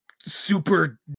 Super